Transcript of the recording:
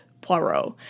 Poirot